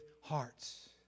hearts